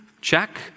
Check